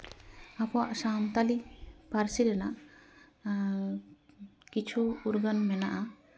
ᱟᱵᱚᱣᱟᱜ ᱥᱟᱱᱛᱟᱞᱤ ᱯᱟᱹᱨᱥᱤ ᱨᱮᱱᱟᱜ ᱠᱤᱪᱷᱩ ᱩᱨᱜᱟᱹᱱ ᱢᱮᱱᱟᱜᱼᱟ